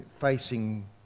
facing